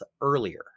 earlier